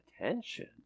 attention